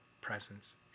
presence